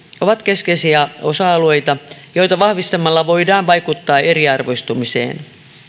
ovat keskeisiä osa alueita joita vahvistamalla voidaan vaikuttaa eriarvoistumiseen